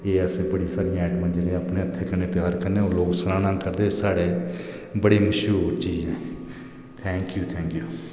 जां बड़ी सारी आइटमां जियां अपने हत्थें कन्नै त्यार कन्नै ओह् लोग सनाना आक्खदे साढ़े बड़े मश्हूर चीज न थेक्यूं थेक्यूं